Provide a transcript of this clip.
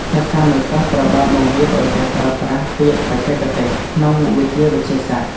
សិស្សានុសិស្សត្រូវបានបង្រៀនឱ្យចេះប្រើប្រាស់ពាក្យបច្ចេកទេសក្នុងមុខវិជ្ជាវិទ្យាសាស្ត្រ។